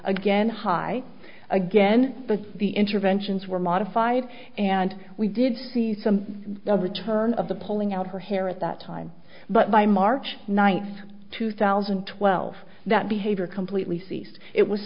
again high again but the interventions were modified and we did see some of the turn of the pulling out her hair at that time but by march ninth two thousand and twelve that behavior completely ceased it was